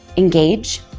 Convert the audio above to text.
engage,